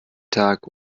tag